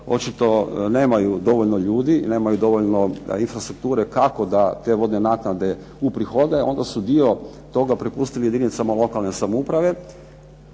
očito nemaju dovoljno ljudi, nemaju dovoljno infrastrukture kako da te vodne naknade uprihode, onda su dio toga prepustili jedinicama lokalne samouprave.